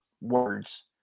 words